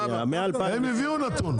הם הביאו נתון,